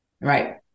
Right